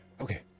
okay